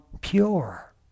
pure